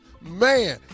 Man